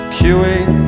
Queuing